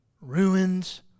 ruins